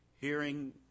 hearing